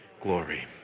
glory